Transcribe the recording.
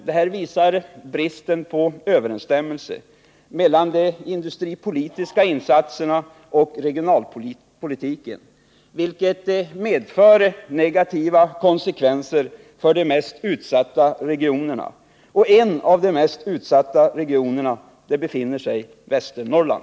Det här visar bristen på överensstämmelse mellan de industripolitiska insatserna och regionaipolitiken, vilket medför negativa konsekvenser för de mest utsatta regionerna. Och en av de mest utsatta regionerna är Västernorrland.